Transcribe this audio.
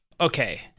okay